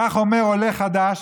כך אומר עולה חדש,